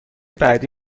بعدی